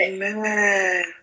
Amen